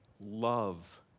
love